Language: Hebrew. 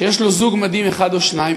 שיש לו זוג מדים אחד או שניים,